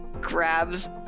grabs